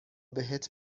بهت